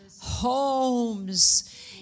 homes